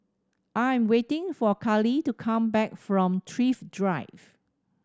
I am waiting for Karly to come back from Thrift Drive